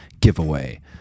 giveaway